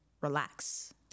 relax